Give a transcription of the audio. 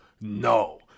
No